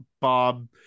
Bob